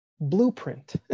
blueprint